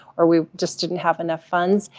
or we just didn't have enough funds.